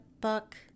book